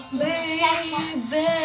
baby